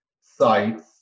sites